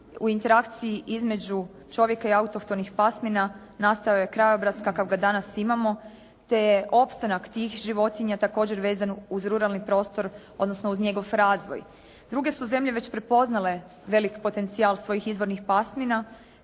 U interakciji između čovjeka i autohtonih pasmina nastao je krajobraz kakvog ga danas imamo te je opstanak tih životinja također vezan uz ruralni prostor odnosno uz njegov razvoj. Druge su zemlje već prepoznale velik potencijal svojih izvornih pasmina